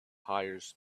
hires